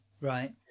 Right